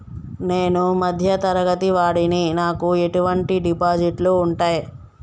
నేను మధ్య తరగతి వాడిని నాకు ఎటువంటి డిపాజిట్లు ఉంటయ్?